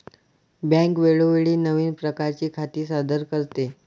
bank वेळोवेळी नवीन प्रकारची खाती सादर करते